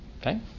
Okay